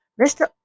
Mr